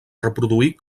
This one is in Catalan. reproduir